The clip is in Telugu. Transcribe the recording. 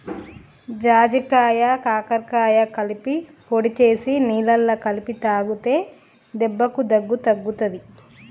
జాజికాయ కరక్కాయ కలిపి పొడి చేసి నీళ్లల్ల కలిపి తాగితే దెబ్బకు దగ్గు తగ్గుతది